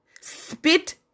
spit